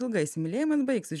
ilga įsimylėjimas baigsis